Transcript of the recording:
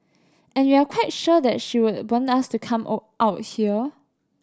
and we're quite sure that she would want us to come out here